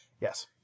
Yes